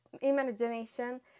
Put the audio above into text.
imagination